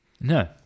No